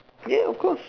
ya of course